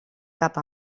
cap